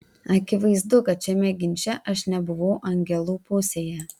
akivaizdu kad šiame ginče aš nebuvau angelų pusėje